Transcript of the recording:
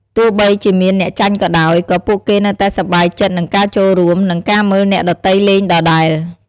ទោះបីជាមានអ្នកចាញ់ក៏ដោយ ក៏ពួកគេនៅតែសប្បាយចិត្តនឹងការចូលរួម និងការមើលអ្នកដទៃលេងដដែល។